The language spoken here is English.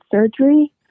surgery